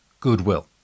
goodwill